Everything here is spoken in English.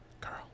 Girl